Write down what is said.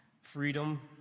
freedom